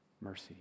mercy